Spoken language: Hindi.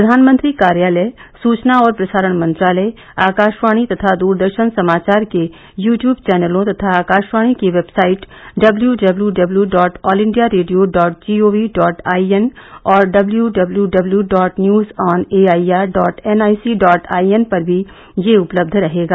प्रधानमंत्री कार्यालय सूचना और प्रसारण मंत्रालय आकाशवाणी तथा दूरदर्शन समाचार के यू ट्यूब चौनलों तथा आकाशवाणी की website W W W W W dot all India radio dot GOV dot IN और W W W dot news on AIR dot NIC dot IN पर भी यह उपलब्ध रहेगा